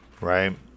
right